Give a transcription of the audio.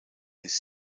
this